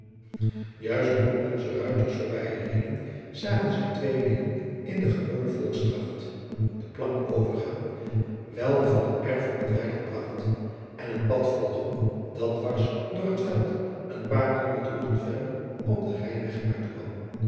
juist toen onze ruiters voorbijreden zagen zij twee lieden in de gewone volksdragt de plank overgaan welke van het erf op het weiland bracht en een pad volgen dat dwars door het veld een paar honderd roeden verder op den rijweg uitkwam